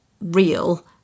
real